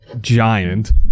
giant